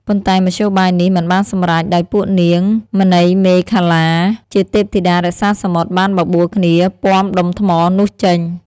ប៉ុន្តែមធ្យោបាយនេះមិនបានសម្រេច ដោយពួកនាង មណីមេខល្លា ជាទេពធិតារក្សាសមុទ្របានបបួលគ្នាពាំដុំថ្មនោះចេញ។